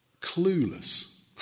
clueless